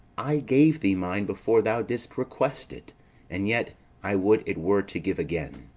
i gave thee mine before thou didst request it and yet i would it were to give again.